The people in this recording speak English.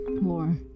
More